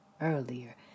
earlier